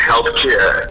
healthcare